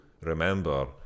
remember